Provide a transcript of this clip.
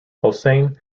hossain